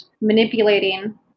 manipulating